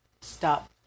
stop